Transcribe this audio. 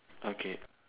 okay